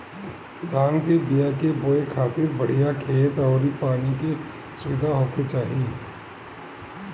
धान कअ बिया के बोए खातिर बढ़िया खेत अउरी पानी के सुविधा होखे के चाही